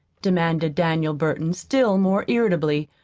demanded daniel burton, still more irritably.